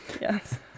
Yes